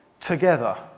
together